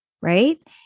Right